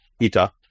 Ita